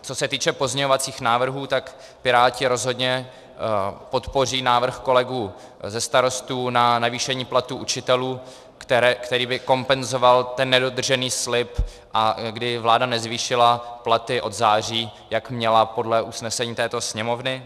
Co se týče pozměňovacích návrhů, tak Piráti rozhodně podpoří návrh kolegů ze Starostů na navýšení platů učitelů, který by kompenzoval ten nedodržený slib, kdy vláda nezvýšila platy od září, jak měla podle usnesení této Sněmovny.